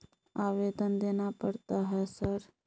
आवेदन देना पड़ता है सर?